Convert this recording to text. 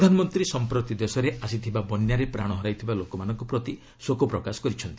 ପ୍ରଧାନମନ୍ତ୍ରୀ ସମ୍ପ୍ରତି ଦେଶରେ ଆସିଥିବା ବନ୍ୟାରେ ପ୍ରାଣ ହରାଇଥିବା ଲୋକମାନଙ୍କ ପ୍ରତି ଶୋକ ପ୍ରକାଶ କରିଛନ୍ତି